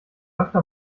öfter